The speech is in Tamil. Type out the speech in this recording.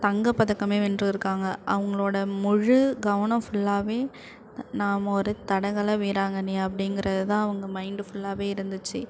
தங்கப் பதக்கம் வென்றுருக்காங்க அவங்களோட முழு கவனம் ஃபுல்லாவே நாம் ஒரு தடகளை வீராங்கனை அப்படிங்கிறது தான் அவங்க மைண்டு ஃபுல்லாவே இருந்துச்சி